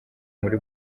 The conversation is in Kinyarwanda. muri